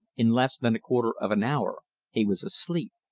in less than a quarter of an hour he was asleep!